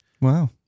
Wow